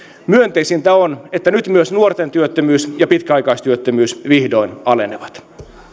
myönteisintä on että nyt myös nuorten työttömyys ja pitkäaikaistyöttömyys vihdoin alenevat